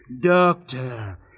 doctor